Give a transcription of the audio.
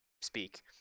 speak